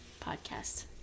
podcast